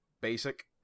basic